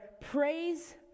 praise